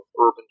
urban